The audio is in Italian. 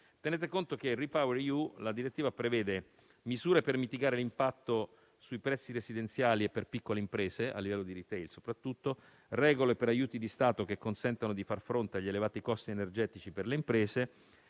Tenete conto che la direttiva prevede misure per mitigare l'impatto sui prezzi residenziali e per piccole imprese, soprattutto a livello di *retail*; regole per aiuti di Stato che consentano di far fronte agli elevati costi energetici per le imprese;